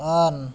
on